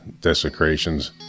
desecrations